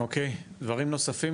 אוקיי, דברים נוספים?